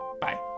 bye